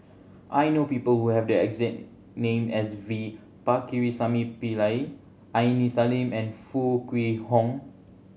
I know people who have the exact name as V Pakirisamy Pillai Aini Salim and Foo Kwee Horng